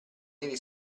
neri